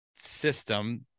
system